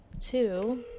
two